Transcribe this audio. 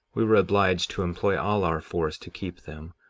we were obliged to employ all our force to keep them,